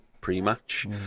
pre-match